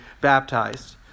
baptized